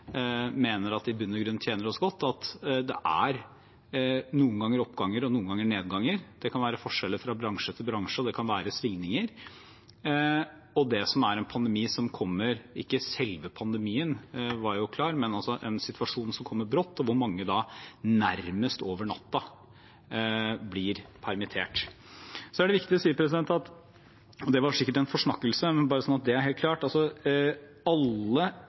mener at i bunn og grunn tjener oss godt; det er noen ganger oppgang og noen ganger nedgang. Det kan være forskjeller fra bransje til bransje, og det kan være svingninger – det kan være en situasjon som kommer brått, og hvor mange da nærmest over natten blir permittert. Det er viktig å si – det var sikkert en forsnakkelse, men bare sånn at det er helt klart: Alle